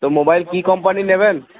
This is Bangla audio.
তো মোবাইল কি কম্পানির নেবেন